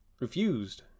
refused